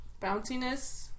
bounciness